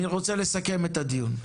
אני רוצה לסכם את הדיון,